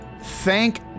Thank